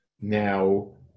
Now